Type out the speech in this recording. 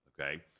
Okay